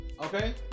Okay